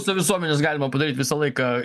pusę visuomenės galima padaryt visą laiką